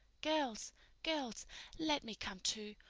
girls girls let me come, too.